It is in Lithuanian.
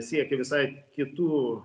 siekia visai kitų